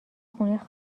خونه